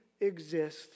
exist